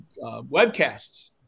webcasts